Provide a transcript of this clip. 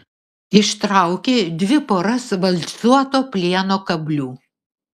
ištraukė dvi poras valcuoto plieno kablių